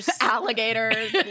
alligators